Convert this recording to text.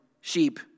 sheep